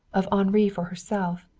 of henri for herself.